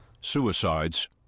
Suicides